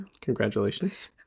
Congratulations